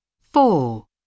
Four